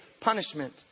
punishment